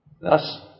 thus